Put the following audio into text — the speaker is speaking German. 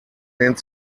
lehnt